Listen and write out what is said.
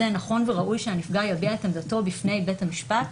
נכון וראוי שהנפגע יביע את עמדתו בפני בית המשפט,